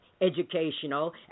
educational